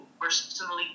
personally